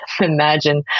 imagine